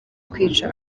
kwica